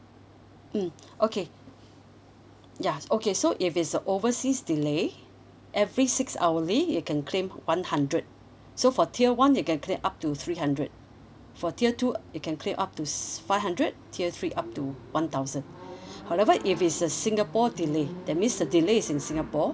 mm okay ya okay so if it's a overseas delay every six hourly you can claim one hundred so for tier one you can claim up to three hundred for tier two you can claim up to s~ five hundred tier three up to one thousand however if it's a singapore delay that means a delay is in singapore